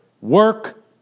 work